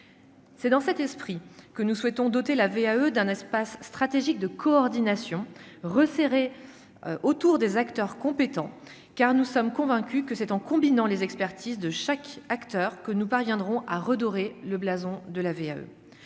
c'est dans cet esprit que nous souhaitons doter la VAE d'un espace stratégique de coordination resserré autour des acteurs compétents car nous sommes convaincus que c'est en combinant les expertises de chaque acteur que nous parviendrons à redorer le blason de la VAE